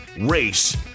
race